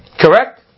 Correct